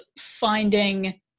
finding